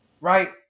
Right